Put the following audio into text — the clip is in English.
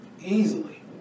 easily